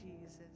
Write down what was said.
Jesus